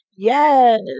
Yes